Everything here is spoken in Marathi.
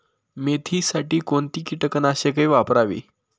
मेथीसाठी कोणती कीटकनाशके वापरावी?